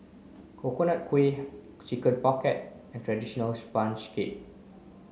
Coconut Kuih Chicken Pocket and traditional sponge cake